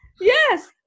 yes